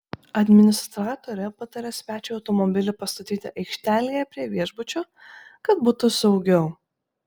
administratorė patarė svečiui automobilį pastatyti aikštelėje prie viešbučio kad būtų saugiau